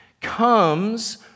comes